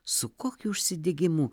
su kokiu užsidegimu